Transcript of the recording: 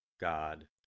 God